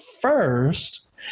first